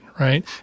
right